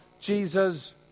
Jesus